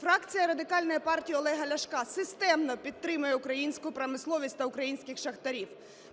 Фракція Радикальної партії Олега Ляшка системно підтримує українську промисловість та українських шахтарів.